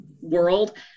world